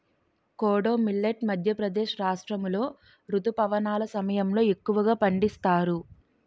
kodo millet Madhya Pradesh రాష్ట్రాములో రుతుపవనాల సమయంలో ఎక్కువగా పండిస్తారు